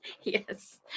Yes